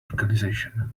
organization